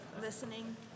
listening